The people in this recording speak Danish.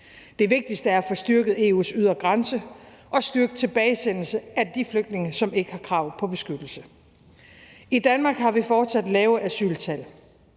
Det vigtigste er at få styrket EU's ydre grænser og styrke tilbagesendelsen af de flygtninge, som ikke har krav på beskyttelse. I Danmark har vi fortsat lave asyltal,